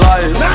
Life